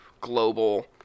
global